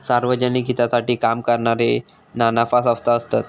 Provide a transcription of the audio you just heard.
सार्वजनिक हितासाठी काम करणारे ना नफा संस्था असतत